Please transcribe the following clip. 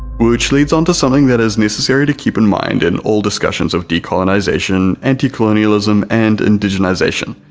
which leads on to something that is necessary to keep in mind in all discussions of decolonization, anti-colonialism and indigenization,